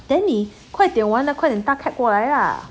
then 你快点完了快点搭 cab 过来啊